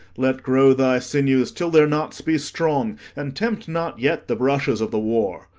let grow thy sinews till their knots be strong, and tempt not yet the brushes of the war.